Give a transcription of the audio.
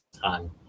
time